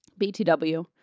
BTW